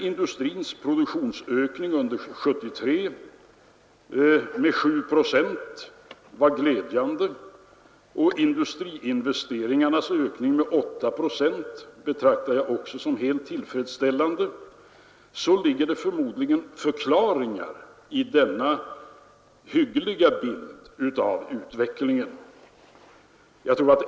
Industrins produktionsökning under 1973, 7 procent, var glädjande, industriinvesteringarnas ökning med 8 procent betraktar jag också som helt tillfredsställande. Det finns förmodligen också förklaringar till denna hyggliga bild av utvecklingen.